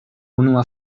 unua